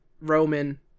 roman